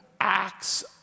acts